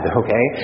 okay